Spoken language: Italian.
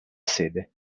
sede